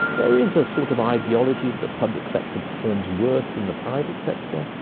there is a sort of ideology that the public sector. performs worse than the private sector,